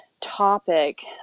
topic